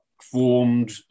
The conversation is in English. formed